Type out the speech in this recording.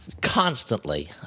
constantly